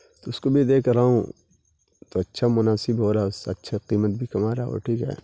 تو اس کو بھی دیکھ رہا ہوں تو اچھا مناسب ہو رہا اس اچھا قیمت بھی کما رہا وہ ٹھیک ہے